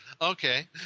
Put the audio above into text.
Okay